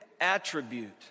attribute